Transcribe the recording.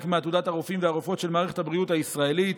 מעתודת הרופאים והרופאות של מערכת הבריאות הישראלית.